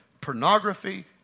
pornography